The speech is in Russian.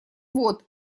вот